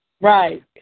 Right